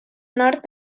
nord